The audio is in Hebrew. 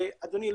אדוני,